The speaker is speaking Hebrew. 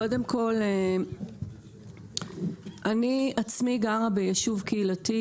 קודם כל אני עצמי גרה ביישוב קהילתי,